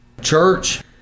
Church